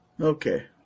Okay